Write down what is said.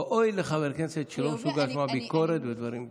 אוי לחבר כנסת שלא מסוגל לשמוע ביקורת ודברים ביקורתיים.